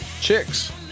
chicks